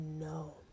no